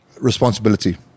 Responsibility